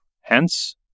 hence